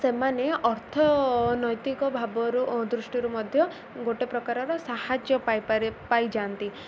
ସେମାନେ ଅର୍ଥନୈତିକ ଭାବରୁ ଦୃଷ୍ଟିରୁ ମଧ୍ୟ ଗୋଟେ ପ୍ରକାରର ସାହାଯ୍ୟ ପାଇପାରେ ପାଇଯାନ୍ତି